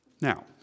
Now